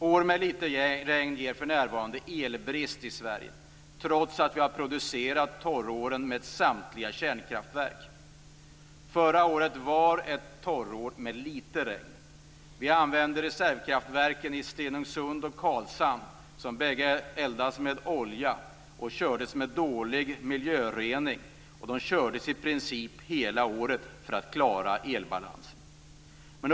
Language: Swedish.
År med litet regn ger för närvarande elbrist i Sverige, trots att vi under torråren har haft produktion i samtliga kärnkraftverk. Förra året var ett torrår med litet regn. Även reservkraftverken i Stenungssund och Karlshamn, som bägge eldas med olja, kördes med dålig miljörening i princip hela året för att klara elbalansen.